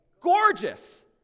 gorgeous